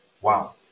Wow